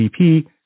GDP